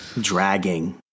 dragging